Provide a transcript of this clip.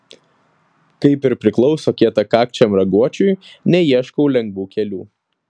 kaip ir priklauso kietakakčiam raguočiui neieškau lengvų kelių